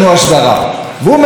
הוא מדבר על הסדרה.